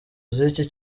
z’iki